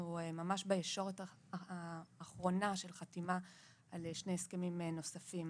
בישורת האחרונה של חתימה על שני הסכמים נוספים,